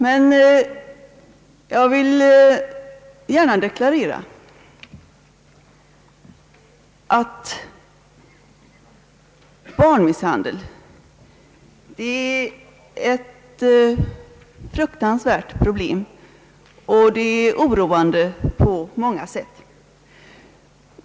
Men jag vill gärna deklarera att barnmisshandel är ett fruktansvärt problem och oroande på många sätt.